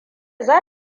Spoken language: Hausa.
za